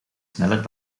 sneller